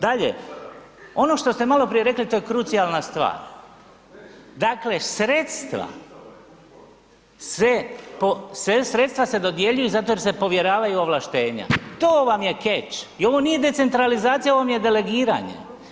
Dalje, ono što ste maloprije rekli, to je krucijalna stvar, dakle sredstva se dodjeljuju zato jer se povjeravaju ovlaštenja, to vam je catch i ovo nije decentralizacija, ovo vam je delegiranje.